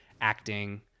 acting